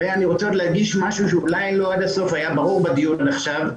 ואני רוצה להדגיש משהו שאולי לא היה ברור עד הסוף בדיון עכשיו,